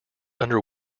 under